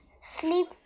sleep